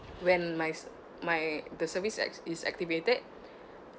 when my my the service as is activated